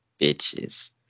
bitches